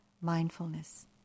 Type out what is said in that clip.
mindfulness